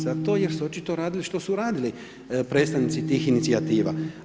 Zato jer su očito radili što su radili predstavnici tih inicijativa.